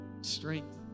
strength